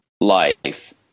life